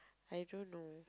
I don't know